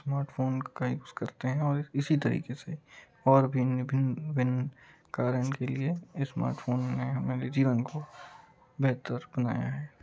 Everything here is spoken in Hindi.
स्मार्टफोन का यूज करते है इसी तरीके से और भिन्न भिन्न भिन्न कारण के लिए स्मार्टफोन ने हमारे जीवन को बेहतर बनाया है